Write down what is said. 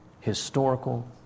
Historical